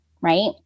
right